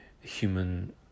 human